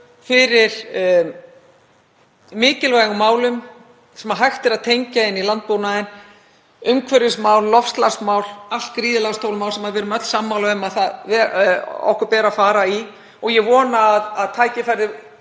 fyrir mikilvægum málum sem hægt er að tengja við landbúnaðinn — umhverfismál, loftslagsmál, allt gríðarlega stór mál sem við erum öll sammála um að okkur beri að fara í og ég vona að tækifærið